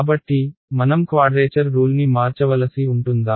కాబట్టి మనం క్వాడ్రేచర్ రూల్ని మార్చవలసి ఉంటుందా